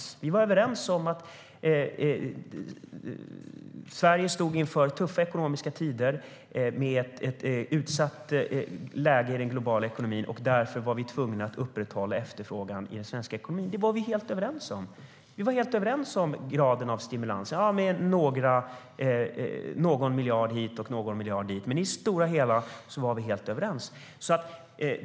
Vi var helt överens om att Sverige stod inför tuffa ekonomiska tider med ett utsatt läge i den globala ekonomin och att vi därför var tvungna att upprätthålla efterfrågan i den svenska ekonomin. Det skilde någon miljard hit och någon miljard dit, men i det stora hela var vi helt överens.